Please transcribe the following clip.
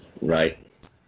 Right